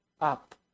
up